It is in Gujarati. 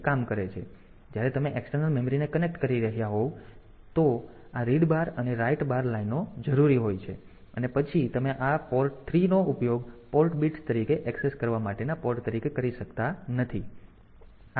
તેથી જ્યારે તમે એક્સટર્નલ મેમરીને કનેક્ટ કરી રહ્યાં હોવ તો આ રીડ બાર અને રાઈટ બાર લાઈનો જરૂરી હોય છે અને પછી તમે આ પોર્ટ 3 નો ઉપયોગ પોર્ટ બિટ્સ તરીકે એક્સેસ કરવા માટેના પોર્ટ તરીકે કરી શકતા નથી